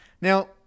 Now